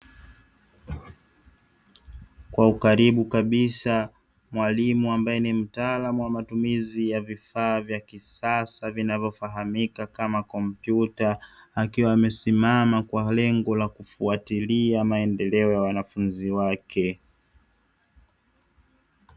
Kwa ukaribu kabisa mwalimu ambaye ni mtaalamu wa matumizi ya vifaa vya kisasa vinavyofahamika kama kompyuta, akiwa amesimama kwa lengo la kufuatilia maendeleo ya wanafunzi wake.